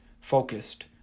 focused